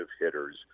hitters